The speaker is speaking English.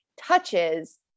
touches